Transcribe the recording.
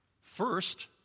First